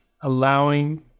allowing